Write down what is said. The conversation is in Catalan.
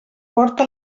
porta